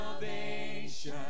salvation